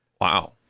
Wow